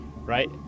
Right